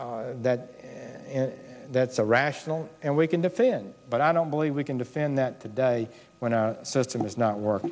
that that's a rational and we can defend but i don't believe we can defend that today when our system is not wor